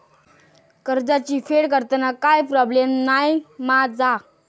कर्जाची फेड करताना काय प्रोब्लेम नाय मा जा?